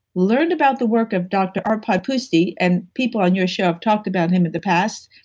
learned about the work of dr. arpod pusztai, and people on your show have talked about him in the past.